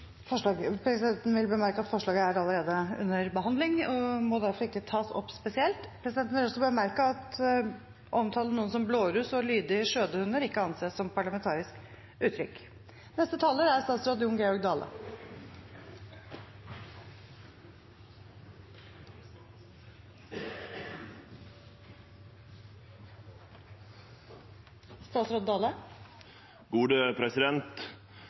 Presidenten vil bemerke at forslaget allerede er under behandling, og derfor ikke må tas opp spesielt. Presidenten vil også bemerke at å omtale noen som «blåruss» og «lydige skjødehunder» ikke anses som parlamentariske uttrykk.